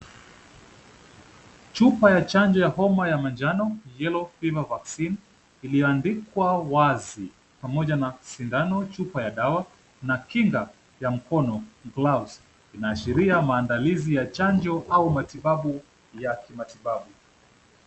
Chupa ya chanjo ya homa ya manjano, yellow fever vaccine iliyo andikwa wazi pamoja na sindano, chupa ya dawa na kinga ya mkono gloves[ . Inaashiria maandalizi ya chanjo au matibabu ya kimatibabu.